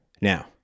now